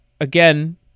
again